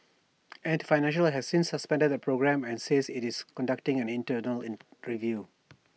ant financial has since suspended the programme and says IT is conducting an internal in preview